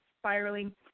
spiraling